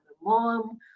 mom